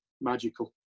Magical